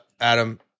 Adam